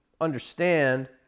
understand